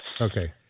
Okay